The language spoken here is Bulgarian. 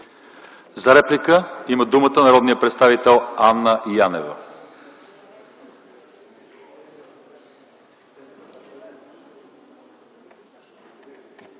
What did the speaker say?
За реплика има думата народният представител Анна Янева.